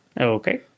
Okay